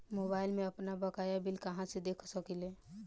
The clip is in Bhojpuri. मोबाइल में आपनबकाया बिल कहाँसे देख सकिले?